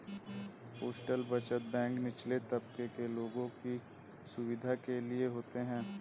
postal बचत bank निचले तबके के लोगों की सुविधा के लिए होता है